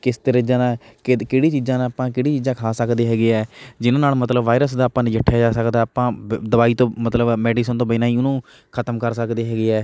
ਕਿਸ ਤਰ੍ਹਾਂ ਨਾਲ ਕਿਹਦ ਕਿਹੜੀ ਚੀਜ਼ਾਂ ਨਾਲ਼ ਆਪਾਂ ਕਿਹੜੀ ਚੀਜ਼ਾਂ ਖਾ ਸਕਦੇ ਹੈਗੇ ਹੈ ਜਿਨ੍ਹਾਂ ਨਾਲ਼ ਮਤਲਬ ਵਾਇਰਸ ਦਾ ਆਪਾਂ ਨਜਿੱਠਿਆ ਜਾ ਸਕਦਾ ਆਪਾਂ ਵ ਦਵਾਈ ਤੋਂ ਮਤਲਬ ਆ ਮੈਡੀਸਨ ਤੋਂ ਬਿਨਾਂ ਹੀ ਉਹਨੂੰ ਖਤਮ ਕਰ ਸਕਦੇ ਹੈਗੇ ਹੈ